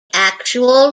actual